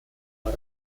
war